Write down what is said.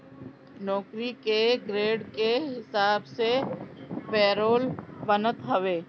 नौकरी के ग्रेड के हिसाब से पेरोल बनत हवे